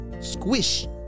squish